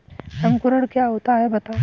अंकुरण क्या होता है बताएँ?